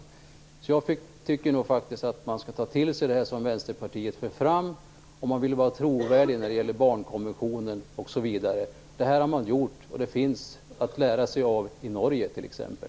Därför tycker jag faktiskt att man bör ta till sig det som Vänsterpartiet för fram om man vill vara trovärdig när det gäller barnkonventionen osv. Det här har genomförts i t.ex. Norge, och där kan man lära sig av det.